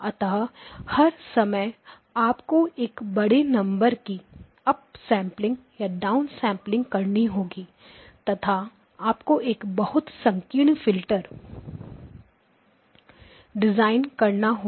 अतः हर समय आपको एक बड़े नंबर की अप सेंपलिंग या डाउनसेंपलिंग रखनी होगी तथा आपको एक बहुत संकीर्ण फिल्टर डिजाइन करना होगा